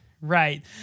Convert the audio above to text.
Right